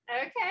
okay